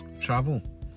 travel